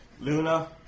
Luna